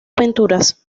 aventuras